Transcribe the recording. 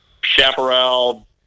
Chaparral